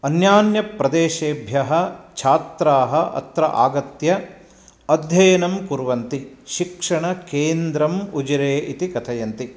अन्यान्यप्रदेशेभ्यः छात्राः अत्र आगत्य अध्ययनं कुर्वन्ति शिक्षणकेन्द्रम् उजिरे इति कथयन्ति